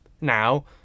now